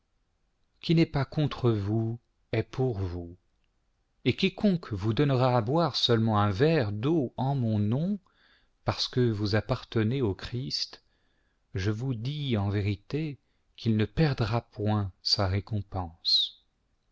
qui n'est pas contre vous est pour vous et quiconque vous donnera à boire seulement un verre d'eau en mon nom parce que vous appartenez au christ je vous dis en vérité qu'il ne perdra point sa récompense